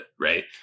right